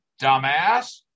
dumbass